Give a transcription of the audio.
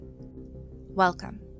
Welcome